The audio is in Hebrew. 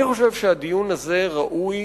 אני חושב שהדיון הזה ראוי